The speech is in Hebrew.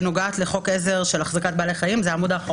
שנוגעת לחוק עזר של החזקת בעלי חיים.